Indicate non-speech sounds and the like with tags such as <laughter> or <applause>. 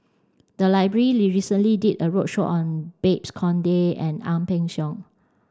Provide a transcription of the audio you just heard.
the library <unintelligible> recently did a roadshow on Babes Conde and Ang Peng Siong